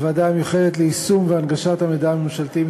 בוועדה המיוחדת ליישום והנגשת המידע הממשלתי,